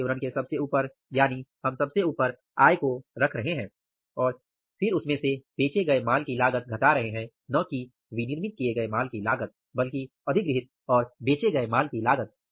आय विवरण के सबसे ऊपर यानी हम सबसे ऊपर आय को रख रहे हैं और फिर उसमें से बेचे गए माल की लागत घटा रहे हैं न कि विनिर्मित किए गए माल की लागत बल्कि अधिग्रहित और बेचे गए माल की लागत